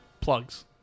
plugs